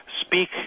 speak